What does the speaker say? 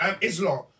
Islam